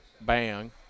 bang